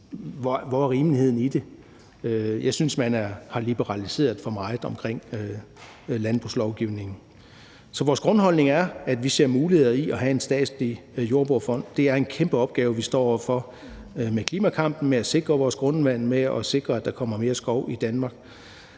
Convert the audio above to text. Hvor er rimeligheden i det? Jeg synes, at man har liberaliseret for meget omkring landbrugslovgivningen. Så vores grundholdning er, at vi ser muligheder i at have en statslig jordbrugerfond. Det er en kæmpe opgave, vi står over for med klimakampen, med at sikre vores grundvand og med at sikre, at der kommer mere skov i Danmark,